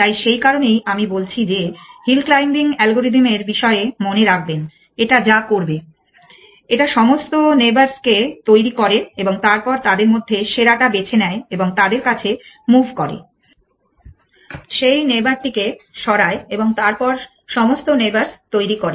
তাই সেই কারণেই আমি বলছি যে হিল ক্লাইম্বিং অ্যালগোরিদম এর বিষয়ে মনে রাখবেন এটা যা করবে এটা সমস্ত নেইবর স কে তৈরী করে এবং তারপর তাদের মধ্যে সেরাটা বেছে নেয় এবং তাদের কাছে মুভ করে সেই নেইবর টিকে সরায় এবং তারপর সমস্ত নেইবরস তৈরি করে